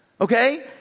okay